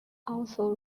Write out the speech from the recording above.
also